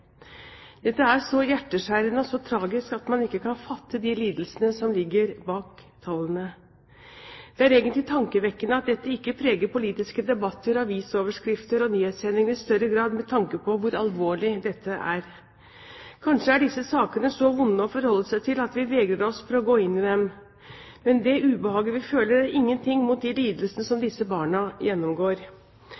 Dette er så hjerteskjærende og så tragisk at man ikke kan fatte de lidelsene som ligger bak tallene. Det er egentlig tankevekkende at dette ikke preger politiske debatter, avisoverskrifter og nyhetssendinger i større grad, med tanke på hvor alvorlig dette er. Kanskje er disse sakene så vonde å forholde seg til at vi vegrer oss for å gå inn i dem, men det ubehaget vi føler, er ingenting mot de lidelsene som